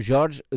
Jorge